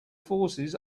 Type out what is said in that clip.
forces